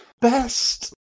Best